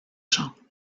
champs